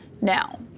now